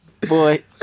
Boy